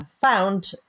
found